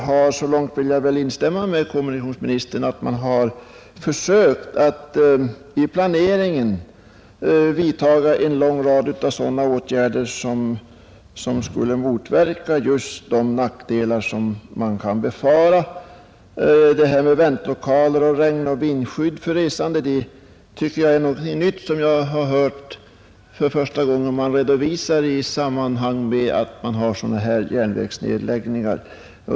Jag instämmer också med kommunikationsministern i att regeringen har försökt att vidta en rad sådana åtgärder som är ägnade att motverka de nackdelar som kan befaras. Vad som här sades om väntlokaler och vindskydd för resande är sålunda något nytt. Det var första gången jag hörde det i samband med en redovisning av omständigheterna kring järnvägsnedläggningar.